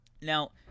Now